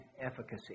efficacy